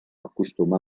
acostuma